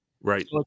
right